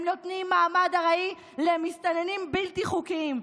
הם נותנים מעמד ארעי למסתננים בלתי חוקיים.